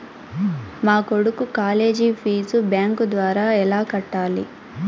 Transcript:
మా కొడుకు college fee bank ద్వారా ఎలా కట్టాలి?